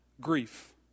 Grief